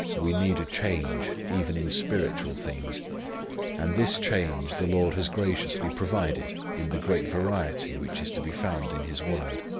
we need a change even in spiritual things and this change the lord has graciously provided in the great variety which is to be found in his word.